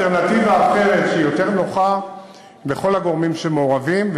באלטרנטיבה שהיא יותר נוחה לכל הגורמים שמעורבים,